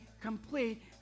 complete